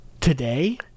Today